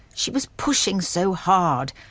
she was pushing so hard.